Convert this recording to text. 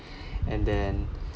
and then